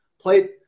Played